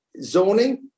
Zoning